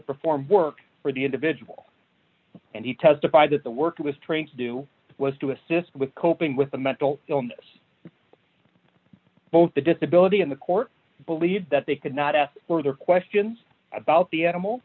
perform work for the individual and he testified that the work i was trying to do was to assist with coping with the mental illness both the disability and the court believed that they could not ask further questions about the animal